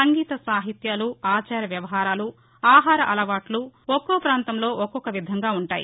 సంగీత సాహిత్యాలు ఆచార వ్యవహారాలు ఆహార అలవాట్లు ఒక్కో పాంతంలో ఒక్కొక్క విధంగా ఉంటాయి